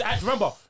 Remember